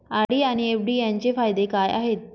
RD आणि FD यांचे फायदे काय आहेत?